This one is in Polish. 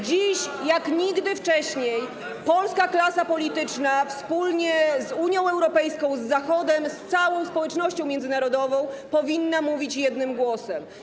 Dziś jak nigdy wcześniej polska klasa polityczna wspólnie z Unią Europejską, z Zachodem, z całą społecznością międzynarodową powinna mówić jednym głosem.